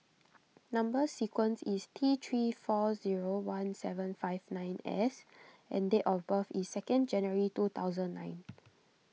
Number Sequence is T three four zero one seven five nine S and date of birth is second January two thousand nine